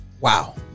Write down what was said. Wow